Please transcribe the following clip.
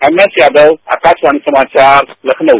MS Yadav Akashvani समाचार लखनऊ